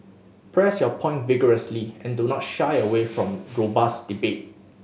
press your points vigorously and do not shy away from robust debate